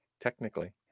Technically